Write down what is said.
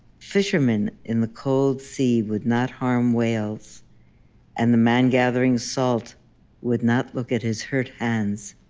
fishermen in the cold sea would not harm whales and the man gathering salt would not look at his hurt hands.